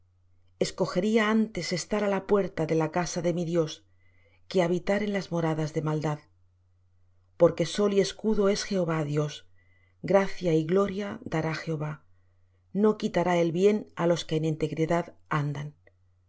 escogería antes estar á la puerta de la casa de mi dios que habitar en las moradas de maldad porque sol y escudo es jehová dios gracia y gloria dará jehová no quitará el bien á los que en integridad andan